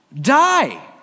die